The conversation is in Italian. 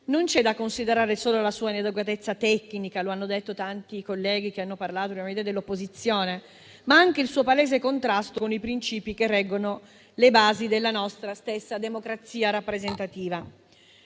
Non c'è da considerare solo la sua inadeguatezza tecnica - lo hanno detto tanti colleghi dell'opposizione che hanno parlato prima di me - ma anche il suo palese contrasto con i principi che reggono le basi della nostra stessa democrazia rappresentativa.